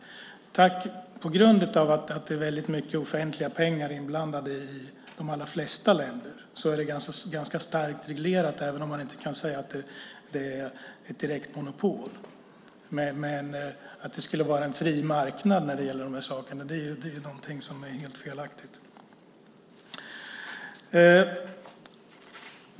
På grund av att det är väldigt mycket offentliga pengar inblandade i de allra flesta länder är detta starkt reglerat, även om man inte kan säga att det är direkta monopol. Men att det skulle vara en fri marknad när det gäller dessa saker är helt felaktigt.